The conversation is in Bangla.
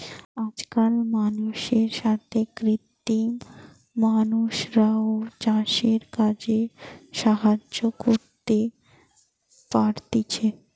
আজকাল মানুষের সাথে কৃত্রিম মানুষরাও চাষের কাজে সাহায্য করতে পারতিছে